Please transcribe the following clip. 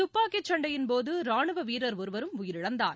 துப்பாக்கிச்சண்டையின் போது ராணுவ வீரர் ஒருவரும் உயிரிழந்தார்